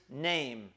name